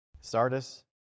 Sardis